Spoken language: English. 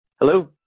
Hello